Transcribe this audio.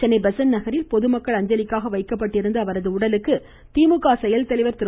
Chennai Besant நகரில் பொதுமக்கள் அஞ்சலிக்காக வைக்கப்பட்டுள்ள அவரது உடலுக்கு திமுக செயல்தலைவர் திரு